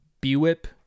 B-Whip